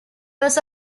was